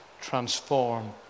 transform